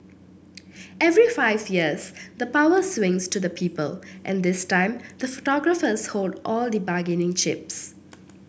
every five years the power swings to the people and this time the photographers hold all the bargaining chips